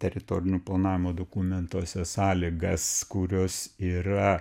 teritorinio planavimo dokumentuose sąlygas kurios yra